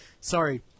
Sorry